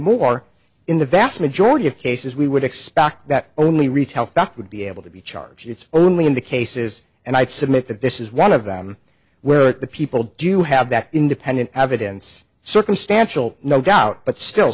more in the vast majority of cases we would expect that only retell thuck would be able to be charged it's only in the cases and i submit that this is one of them where are the people do you have that independent evidence circumstantial no doubt but still